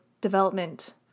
development